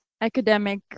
academic